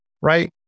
right